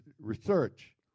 research